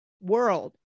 world